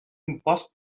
impost